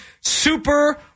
Super